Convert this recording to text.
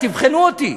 תבחנו אותי.